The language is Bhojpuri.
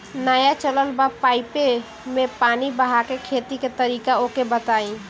नया चलल बा पाईपे मै पानी बहाके खेती के तरीका ओके बताई?